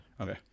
okay